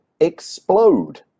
explode